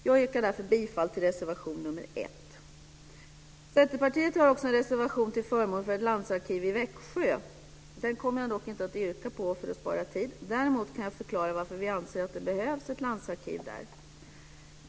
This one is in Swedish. Jag yrkar därför bifall till reservation nr 1. Centerpartiet har också en reservation till förmån för ett landsarkiv i Växjö. Den kommer jag dock inte att yrka bifall till, för att spara tid. Däremot kan jag förklara varför vi anser att det behövs ett landsarkiv där.